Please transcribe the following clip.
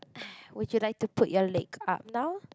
would you like to put your leg up now